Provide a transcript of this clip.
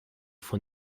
von